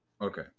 Okay